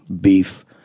beef